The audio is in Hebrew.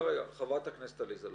חברת הכנסת עליזה לביא.